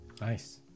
Nice